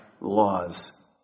laws